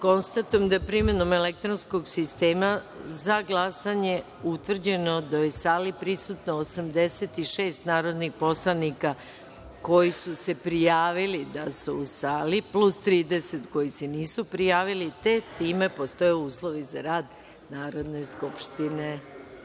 sistema. Konstatujem da je primenom elektronskog sistema za glasanje utvrđeno da je u sali prisutno 86 narodnih poslanika koji su se prijavili da su u sali, plus 30 koji se nisu prijavili, te time postoje uslovi za rad Narodne skupštine.(Vojislav